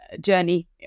journey